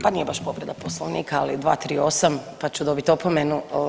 Pa nije baš povreda poslovnika, ali 238. pa ću dobiti opomenu.